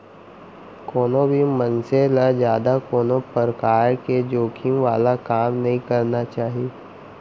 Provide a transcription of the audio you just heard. कोनो भी मनसे ल जादा कोनो परकार के जोखिम वाला काम नइ करना चाही